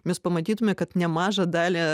mes pamatytume kad nemažą dalį